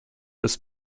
bis